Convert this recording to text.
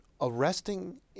arresting